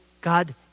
God